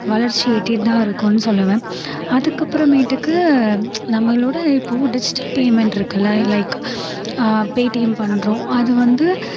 வளர்ச்சியை எட்டிட்டுதான் இருக்கோம்னு சொல்லுவேன் அதுக்கப்புறமேட்டுக்கு நம்மளோடய இப்போது டிஜிட்டல் பேமெண்ட் இருக்குதில்ல லைக் பேடிஎம் பண்ணுறோம் அது வந்து